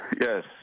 Yes